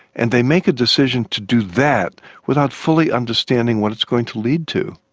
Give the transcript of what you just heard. and they make a decision to do that without fully understanding what it's going to lead to.